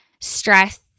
stress